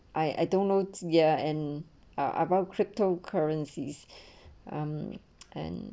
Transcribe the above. I I don't know ya and are about cryptocurrencies um and